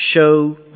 show